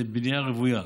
בבנייה רוויה.